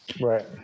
Right